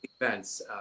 events